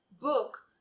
book